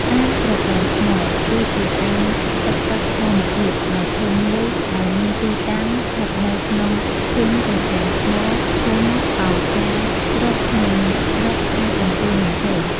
អាងត្រពាំងថ្ម គឺជាអាងស្តុកទឹកធម្មជាតិដ៏ធំមួយដែលមានទីតាំងស្ថិតនៅក្នុង ភូមិត្រពាំងថ្ម ឃុំប៉ោយចារ ស្រុកភ្នំស្រុក ខេត្តបន្ទាយមានជ័យ។